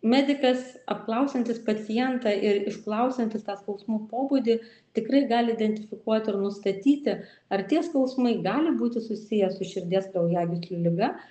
medikas apklausiantis pacientą ir išklausiantis tą skausmų pobūdį tikrai gali identifikuoti ir nustatyti ar tie skausmai gali būti susiję su širdies kraujagyslių liga